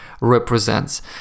represents